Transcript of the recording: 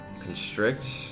constrict